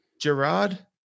Gerard